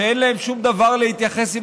שאין להם שום דבר עם המציאות.